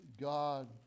God